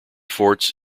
forts